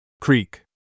Creek